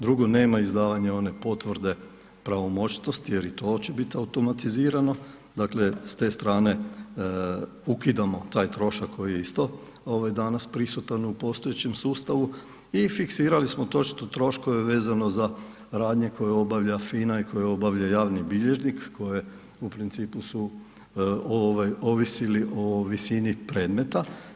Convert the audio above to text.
Drugo, nema izdavanja one potvrde pravomoćnosti jer i to će biti automatizirano, dakle s te strane ukidamo taj trošak koji je isto danas prisutan u postojećem sustavu i fiksirali smo točno troškove vezano za radnje koje obavlja FINA i koje obavlja javni bilježnik koje u principu su ovaj ovisili o visini predmeta.